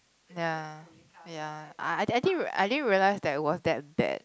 ya ya I I didn't I didn't realize that it was that bad